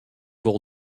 wol